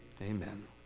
Amen